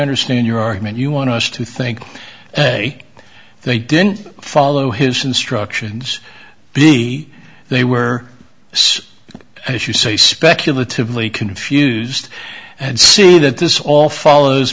understand your argument you want us to think ok they didn't follow his instructions be they were such as you say speculative li confused and see that this all follows